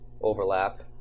overlap